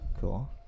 Cool